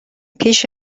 پیش